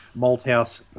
Malthouse